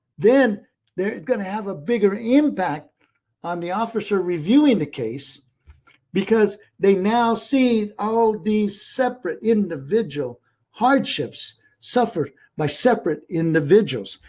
then they are going to have a bigger impact on the officer reviewing the case because they now see all these separate individual hardships suffered by separate individuals.